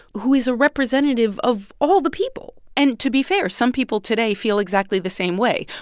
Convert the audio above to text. who is a representative of all the people. and to be fair, some people today feel exactly the same way.